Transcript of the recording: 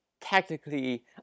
technically